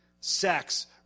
sex